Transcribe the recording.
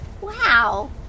Wow